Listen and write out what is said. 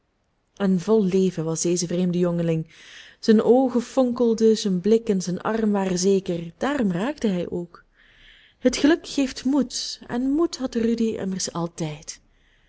en vol leven was deze vreemde jongeling zijn oogen fonkelden zijn blik en zijn arm waren zeker daarom raakte hij ook het geluk geeft moed en moed had rudy immers altijd